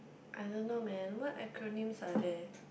I don't know man what acronyms are there